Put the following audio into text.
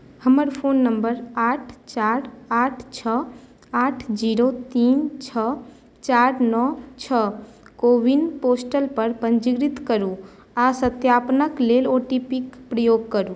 हमर phone number आठ चारि आठ छओ आठ जीरो तीन छओ चारि नओ छओ को विन पोर्टलपर पञ्जीकृत करू आ सत्यापनक लेल ओ टी पी क प्रयोग करू